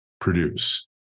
produce